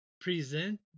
present